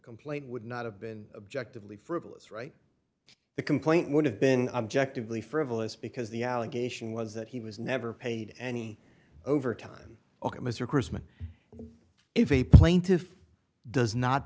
complaint would not have been objected lee frivolous right the complaint would have been objectively frivolous because the allegation was that he was never paid any overtime ok mr crisman if a plaintiff does not